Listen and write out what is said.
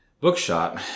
bookshop